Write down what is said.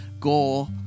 goal